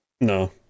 no